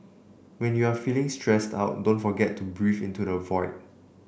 when you are feeling stressed out don't forget to breathe into the void